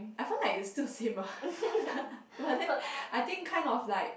I find like it's still same ah but then I think kind of like